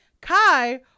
Kai